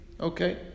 okay